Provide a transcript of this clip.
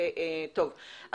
טוב,